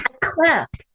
clap